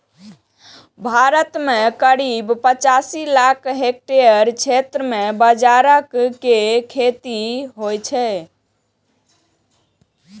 भारत मे करीब पचासी लाख हेक्टेयर क्षेत्र मे बाजरा के खेती होइ छै